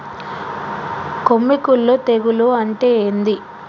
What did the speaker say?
కొమ్మి కుల్లు తెగులు అంటే ఏంది?